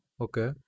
Okay